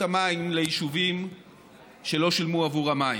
המים ליישובים שלא שילמו עבור המים.